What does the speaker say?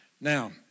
Now